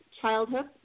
childhood